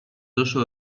τόσο